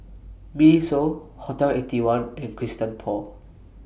Miniso Hotel Eighty One and Christian Paul